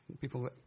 people